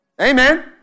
Amen